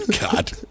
God